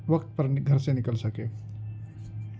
وقت پر گھر سے نکل سکیں